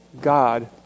God